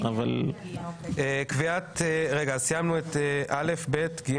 אבל ההסכמה עם שני ראשי הוועדות היא להעביר את זה לוועדת העבודה